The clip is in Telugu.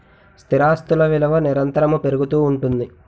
స్థిరాస్తులు విలువ నిరంతరము పెరుగుతూ ఉంటుంది